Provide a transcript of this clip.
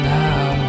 now